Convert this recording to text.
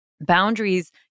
boundaries